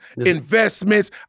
investments